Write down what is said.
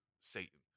Satan